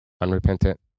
unrepentant